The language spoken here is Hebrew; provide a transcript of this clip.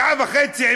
שעה וחצי,